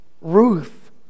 Ruth